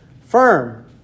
firm